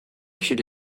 should